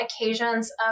occasions